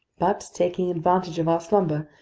but, taking advantage of our slumber,